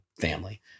family